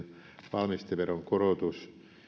valmisteveron korotus